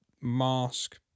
mask